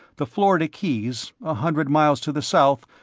the florida keys, a hundred miles to the south,